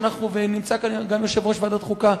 ונמצא כאן גם יושב-ראש ועדת חוקה,